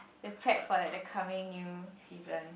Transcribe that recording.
the prep for like the coming new season